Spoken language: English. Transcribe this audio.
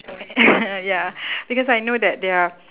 ya because I know that they're